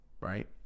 Right